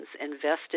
invested